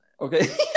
Okay